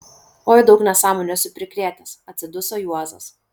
oi daug nesąmonių esu prikrėtęs atsiduso juozas